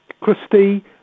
Christie